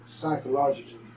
psychologically